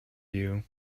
you